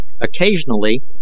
Occasionally